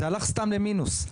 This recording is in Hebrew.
זה הלך סתם למינוס.